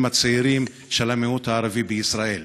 הצעירים של המיעוט הערבי בישראל.